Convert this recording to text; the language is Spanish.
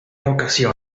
ocasiones